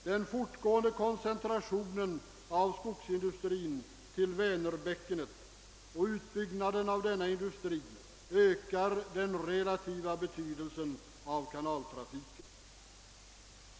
Den fortgående koncentrationen av skogsindustrin till Vänerbäckenet och utbyggnaden av denna industri ökar den relativa betydelsen av kanaltrafiken.